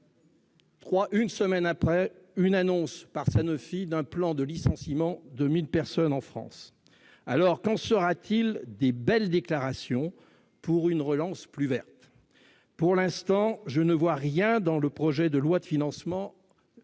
de Lyon, Sanofi annonce un plan de licenciement de 1 000 personnes en France ... Qu'en sera-t-il des belles déclarations pour une relance plus verte ? Pour l'instant, je ne vois rien dans le projet de loi de finances